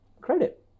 credit